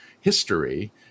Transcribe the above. history